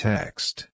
Text